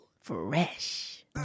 Fresh